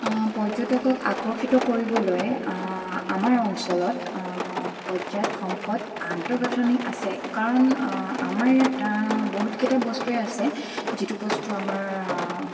পৰ্যটকক আকৰ্ষিত কৰিবলৈ আমাৰ অঞ্চলত পৰ্যায়ত সম্পদ আন্তঃগাঁথনি আছে কাৰণ আমাৰ ইয়াত বহুতকেইটা বস্তুৱেই আছে যিটো বস্তু আমাৰ